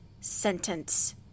Sentence